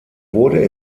wurde